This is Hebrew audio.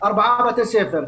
ארבעה בתי ספר,